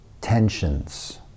tensions